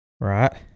Right